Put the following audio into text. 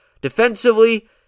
Defensively